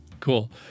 Cool